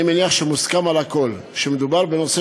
אני מניח שמוסכם על הכול שמדובר בנושא